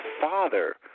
Father